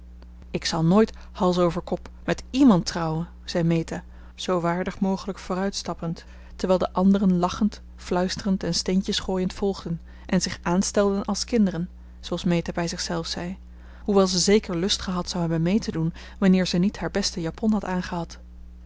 ik zal nooit hals over kop met iemand trouwen zei meta zoo waardig mogelijk vooruitstappend terwijl de anderen lachend fluisterend en steentjes gooiend volgden en zich aanstelden als kinderen zooals meta bij zichzelf zei hoewel ze zeker lust gehad zou hebben mee te doen wanneer ze niet haar beste japon had aangehad